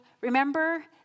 Remember